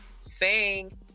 sing